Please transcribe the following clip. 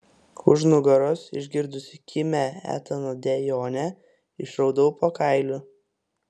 už nugaros išgirdusi kimią etano dejonę išraudau po kailiu